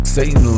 Satan